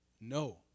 No